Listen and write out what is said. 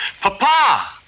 Papa